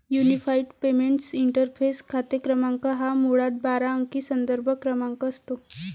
unified payments interface खाते क्रमांक हा मुळात बारा अंकी संदर्भ क्रमांक असतो